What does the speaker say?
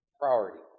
priority